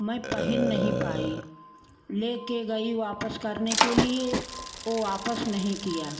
मैं पहन नहीं पाई ले के गई वापस करने के लिए वो वापस नहीं किया